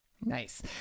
Nice